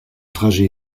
trajet